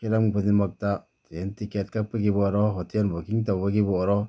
ꯍꯤꯔꯝ ꯈꯨꯗꯤꯡꯃꯛꯇ train ticket ꯀꯛꯄꯒꯤꯕꯨ ꯑꯣꯏꯔꯣ ꯍꯣꯇꯦꯜ ꯕꯨꯛꯀꯤꯡ ꯇꯧꯕꯒꯤꯕꯨ ꯑꯣꯏꯔꯣ